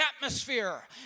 atmosphere